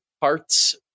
parts